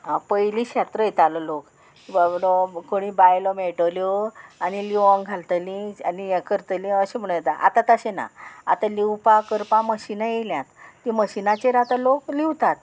आं पयली शेत रोयतालो लोक बाबडो कोणी बायलो मेळटल्यो आनी लिवोंक घालतली आनी हें करतलीं अशें म्हणून येता आतां तशें ना आतां लिवपा करपा मशिनां येयल्यात ती मशिनाचेर आतां लोक लिवतात